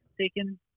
taken